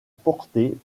portée